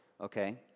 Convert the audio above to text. okay